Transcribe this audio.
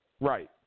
Right